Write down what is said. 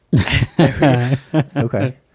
okay